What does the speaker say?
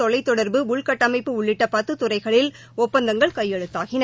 தொலைத்தொடர்பு உள்கட்டமைப்பு உள்ளிட்ட பத்து துறைகளில் ஒப்பந்தங்கள் கையெழுத்தாகின